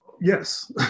Yes